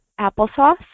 applesauce